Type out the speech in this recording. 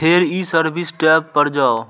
फेर ई service tab पर जाउ